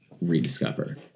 rediscover